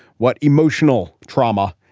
what emotional trauma.